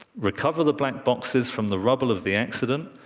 recover the black boxes from the rubble of the accident,